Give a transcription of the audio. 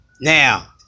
Now